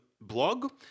blog